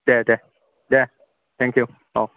दे दे दे थैंकिउ औ